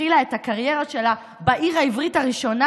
שהתחילה את הקריירה שלה בעיר העברית הראשונה,